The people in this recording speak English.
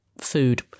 food